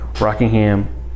Rockingham